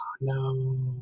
no